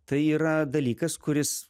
tai yra dalykas kuris